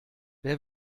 wer